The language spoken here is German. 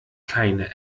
keine